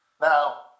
Now